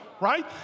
right